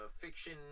fiction